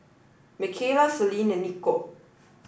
Micayla Celine and Nikko